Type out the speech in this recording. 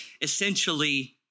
essentially